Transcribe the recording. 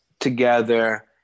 together